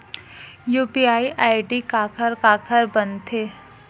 UPI ID काखर काखर बनथे?